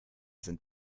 sind